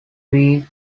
tree